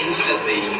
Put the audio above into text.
Instantly